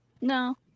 No